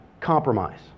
Compromise